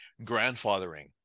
grandfathering